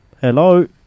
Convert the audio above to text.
Hello